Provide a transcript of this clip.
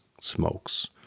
smokes